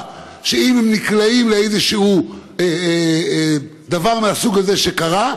שאם הם נקלעים לאיזשהו דבר מהסוג שקרה,